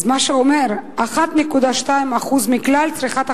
מה שאומר, 1.2% מכלל צריכת החשמל?